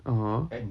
(uh huh)